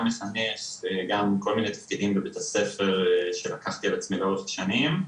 גם מחנך וגם כל מיני תפקידים בבית הספר שלקחתי על עצמי לאורך השנים,